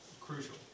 crucial